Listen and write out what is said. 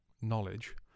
knowledge